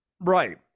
Right